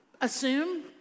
assume